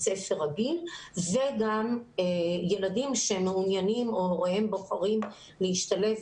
ספר רגיל וגם ילדים שמעוניינים או הוריהם בוחרים להשתלב